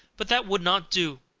but that would not do,